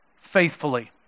faithfully